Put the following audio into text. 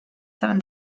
seven